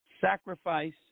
Sacrifice